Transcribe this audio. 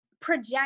project